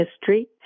history